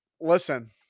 Listen